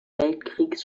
weltkriegs